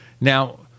Now